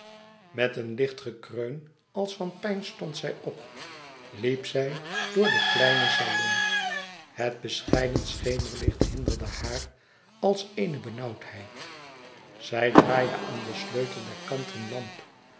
met een licht gekreun als van pijn stond zij op liep zij door den kleinen salon het bescheiden schemerlicht hinderde haar als eene benauwdheid zij draaide aan den sleutel der kanten lamp